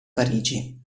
parigi